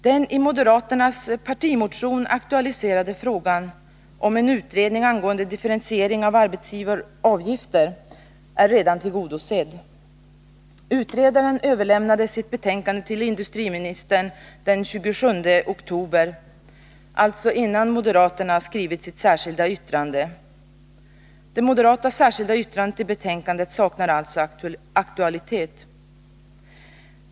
Den i moderaternas partimotion aktualiserade frågan om en utredning angående differentiering av arbetsgivaravgifter är redan tillgodosedd. Utredaren överlämnade sitt betänkande till industriministern den 26 oktober, alltså innan moderaterna skrivit sitt särskilda yttrande. Det moderata särskilda yttrandet i betänkandet saknar alltså aktualitet.